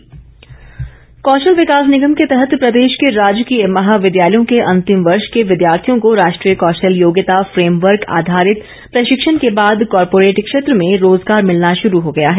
कौशल विकास कौशल विकास निगम के तहत प्रदेश के राजकीय महाविद्यालयों के अंतिम वर्ष के विद्यार्थियों को राष्ट्रीय कौशल योग्यता फ्रेम वर्क आधारित प्रशिक्षण के बाद कॉर्पोरेट क्षेत्र में रोजगार मिलना शुरू हो गया है